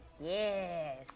Yes